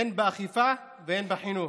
הן באכיפה והן בחינוך.